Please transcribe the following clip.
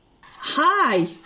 Hi